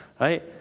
right